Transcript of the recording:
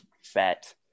Fat